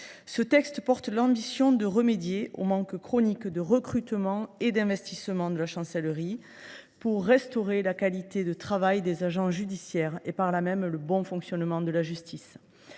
Ce texte porte l’ambition de remédier au manque chronique de recrutement et d’investissement de la Chancellerie et ainsi de restaurer la qualité des conditions de travail des agents judiciaires, donc, par là même, le bon fonctionnement de la justice.